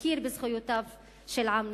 שתכיר בזכויותיו של עם נכבש.